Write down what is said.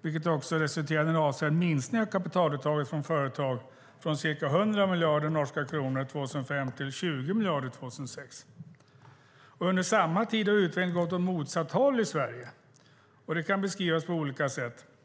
vilket också resulterade i en avsevärd minskning av kapitaluttaget från företag från ca 100 miljarder norska kronor 2005 till 20 miljarder 2006. Under samma tid har utvecklingen gått åt motsatt håll i Sverige, och det kan beskrivas på olika sätt.